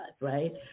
right